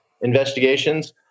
investigations